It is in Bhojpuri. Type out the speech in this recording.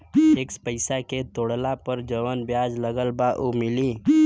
फिक्स पैसा के तोड़ला पर जवन ब्याज लगल बा उ मिली?